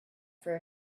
for